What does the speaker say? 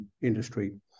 industry